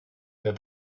that